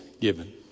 given